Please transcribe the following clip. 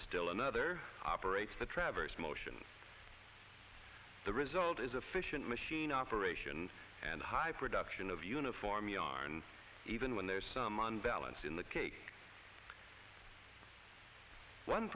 still another operates the traverse motions the result is a fission machine operation and high production of uniform yarn even when there's some on balance in the cake one